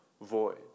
void